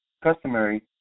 customary